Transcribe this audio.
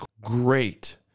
great